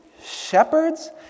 shepherds